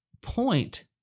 point